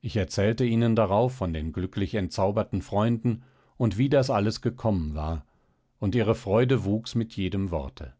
ich erzählte ihnen darauf von den glücklich entzauberten freunden und wie das alles gekommen war und ihre freude wuchs mit jedem worte